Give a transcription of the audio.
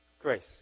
grace